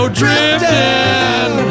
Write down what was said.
drifting